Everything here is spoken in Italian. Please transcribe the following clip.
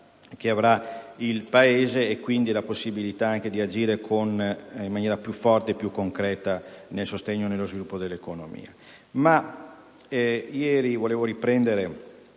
che avrà il Paese, con la conseguente possibilità di agire in maniera più forte e concreta nel sostegno e nello sviluppo dell'economia.